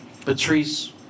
Patrice